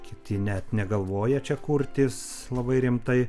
kiti net negalvoja čia kurtis labai rimtai